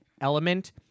element